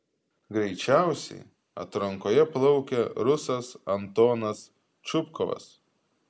greičiausiai atrankoje plaukė rusas antonas čupkovas